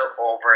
over